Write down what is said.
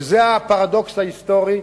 וזה הפרדוקס ההיסטורי,